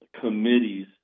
committees